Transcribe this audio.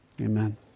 amen